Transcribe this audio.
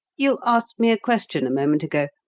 you asked me a question a moment ago.